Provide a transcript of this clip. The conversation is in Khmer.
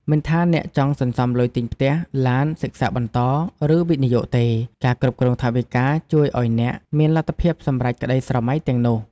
មិនថាអ្នកចង់សន្សំលុយទិញផ្ទះ ឡាន សិក្សាបន្ត ឬវិនិយោគទេ ការគ្រប់គ្រងថវិកាជួយឱ្យអ្នកមានលទ្ធភាពសម្រេចក្តីស្រមៃទាំងនោះ។